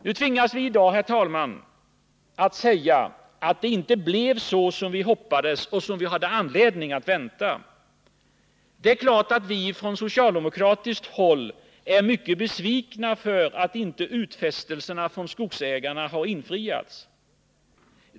| Nu tvingas vi i dag, herr talman, säga att det inte blev så som vi hoppades och som vi hade anledning att vänta. Det är klart att vi på socialdemokratiskt | håll är mycket besvikna över att inte utfästelserna från skogsägarna har infriats.